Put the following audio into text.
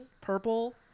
purple